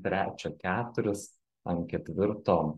trečio keturis an ketvirto